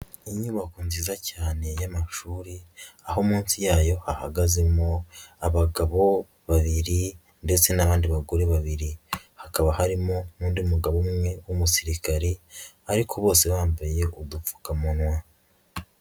Inyubako nziza cyane y'amashuri, aho munsi yayo ahagazemo abagabo babiri ndetse n'abandi bagore babiri, hakaba harimo n'undi mugabo umwe w'umusirikare ariko bose bambaye udupfukamunwa.